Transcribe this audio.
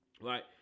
Right